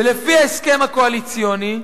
ולפי ההסכם הקואליציוני,